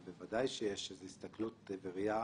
אבל בוודאי שיש איזו הסתכלות בראייה